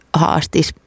haastis